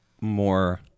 more